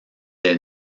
des